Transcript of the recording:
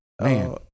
Man